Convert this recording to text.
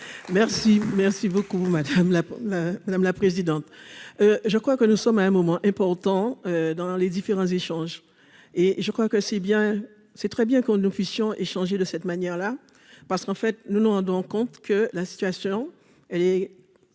merci beaucoup madame la madame la présidente, je crois que nous sommes à un moment important dans les différents échanges et je crois que c'est bien, c'est très bien qu'on officiant de cette manière-là parce qu'en fait nous nous rendons compte que la situation, elle est